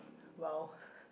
!wow!